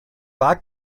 war